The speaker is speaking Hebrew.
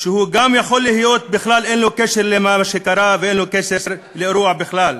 שגם יכול להיות שבכלל אין לו קשר למה שקרה ואין לו קשר לאירוע בכלל.